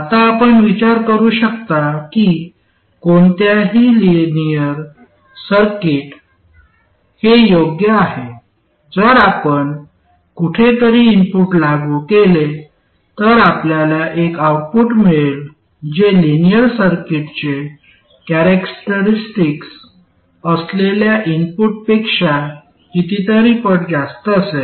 आता आपण विचार करू शकता की कोणतीही लिनिअर सर्किट हे योग्य आहे जर आपण कुठेतरी इनपुट लागू केले तर आपल्याला एक आउटपुट मिळेल जे लिनिअर सर्किटचे कॅरॅक्टरिस्टिक्स असलेल्या इनपुट पेक्षा कितीतरी पट जास्त असेल